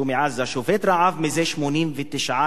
שהוא מעזה, שובת רעב זה 89 ימים